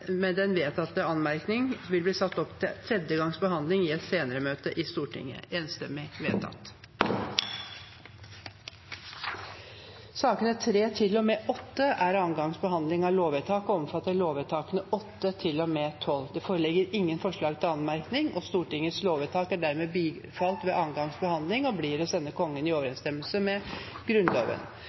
med den vedtatte anmerkningen, vil bli ført opp til tredje gangs behandling i et senere møte i Stortinget. Sakene nr. 38 er andre gangs behandling av lover og gjelder lovvedtakene 7 til og med 12. Det foreligger ingen forslag til anmerkning. Stortingets lovvedtak er dermed bifalt ved andre gangs behandling og blir å sende Kongen i overensstemmelse med Grunnloven.